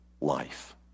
life